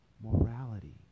morality